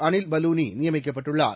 அனில் பலூனி நியமிக்கப்பட்டுள்ளார்